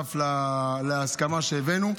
שותף להסכמה שהבאנו.